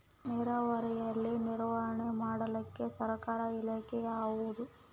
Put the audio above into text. ನೇರಾವರಿಯಲ್ಲಿ ನಿರ್ವಹಣೆ ಮಾಡಲಿಕ್ಕೆ ಸರ್ಕಾರದ ಇಲಾಖೆ ಯಾವುದು?